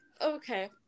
okay